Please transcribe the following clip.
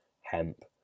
hemp